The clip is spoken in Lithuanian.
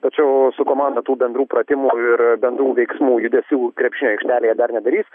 tačiau su komanda tų bendrų pratimų ir bendrų veiksmų judesių krepšinio aikštelėje dar nedarys